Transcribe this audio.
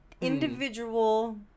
individual